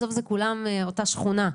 בסוף, כולם זה אותה שכונה.